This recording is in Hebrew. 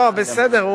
לא, בסדר,